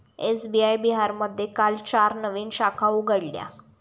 SBI बिहारमध्ये काल चार नवीन शाखा उघडल्या